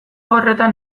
horretan